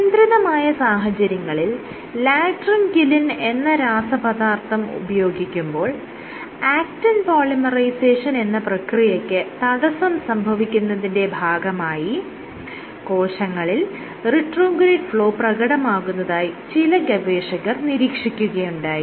നിയന്ത്രിതമായ സാഹചര്യങ്ങളിൽ ലാട്രൻക്യുലിൻ എന്ന രാസപദാർത്ഥം ഉപയോഗിക്കുമ്പോൾ ആക്റ്റിൻ പോളിമറൈസേഷൻ എന്ന പ്രക്രിയയ്ക്ക് തടസ്സം സംഭവിക്കുന്നതിന്റെ ഭാഗമായി കോശങ്ങളിൽ റിട്രോഗ്രേഡ് ഫ്ലോ പ്രകടമാകുന്നതായി ചില ഗവേഷകർ നീരീക്ഷിക്കുകയുണ്ടായി